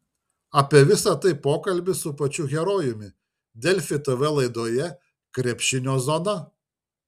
apie visa tai pokalbis su pačiu herojumi delfi tv laidoje krepšinio zona